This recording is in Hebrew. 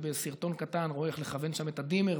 ובסרטון קטן רואה איך לכוון שם את הדימר,